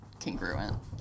Congruent